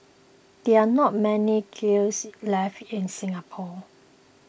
there are not many kilns left in Singapore